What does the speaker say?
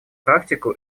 практику